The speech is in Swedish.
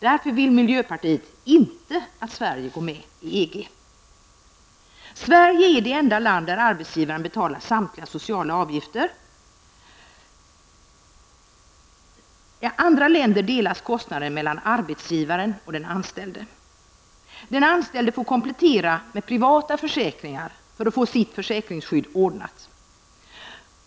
Därför vill miljöpartiet inte att Sverige går med i EG. Sverige är det enda land där arbetsgivaren betalar samtliga sociala avgifter. I andra länder delas kostnaden mellan arbetsgivaren och den anställde. Den anställde får komplettera med privata försäkringar för att få sitt försäkringsskydd ordnat.